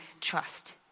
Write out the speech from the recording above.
trust